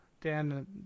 Dan